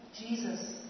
Jesus